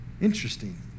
Interesting